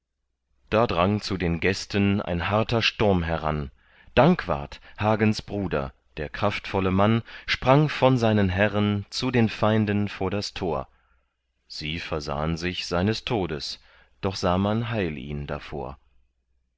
da drang zu den gästen ein harter sturm heran dankwart hagens bruder der kraftvolle mann sprang von seinen herren zu den feinden vor das tor sie versahn sich seines todes doch sah man heil ihn davor